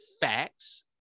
facts